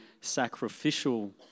sacrificial